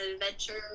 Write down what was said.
adventure